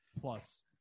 plus